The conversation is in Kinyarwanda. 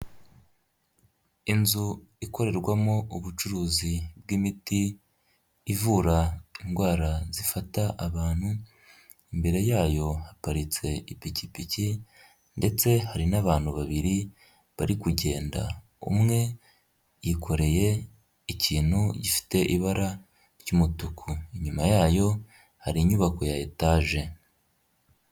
Inzu ikorerwamo ubucuruzi bw'imiti ivura indwara zifata abantu, imbere yayo haparitse ipikipiki ndetse hari n'abantu babiri bari kugenda, umwe yikoreye ikintu gifite ibara ry'umutuku inyuma yayo hari inyubako ya etaje.